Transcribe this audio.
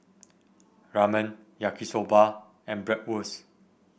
Ramen Yaki Soba and Bratwurst